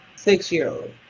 Six-year-old